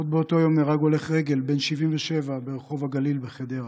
עוד באותו היום נהרג הולך רגל בן 77 ברחוב הגליל בחדרה.